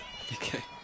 Okay